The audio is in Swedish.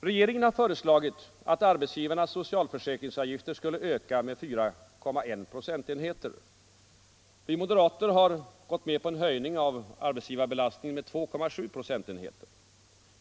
Regeringen har föreslagit att arbetsgivarnas socialförsäkringsavgifter skulle öka med 4,1 procentenheter. Vi moderater har gått med på en höjning av arbetsgivarbelastningen med 2,7 procentenheter.